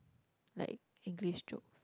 like English jokes